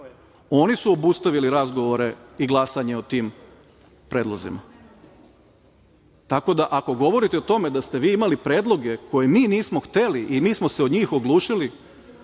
Oni su obustavili razgovore i glasanje o tim predlozima. Tako da, ako govorite o tome da ste vi imali predloge koje mi nismo hteli i mi smo se o njih oglušili,